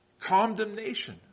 Condemnation